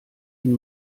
ihn